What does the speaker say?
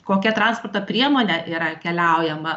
kokia transporto priemone yra keliaujama